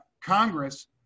Congress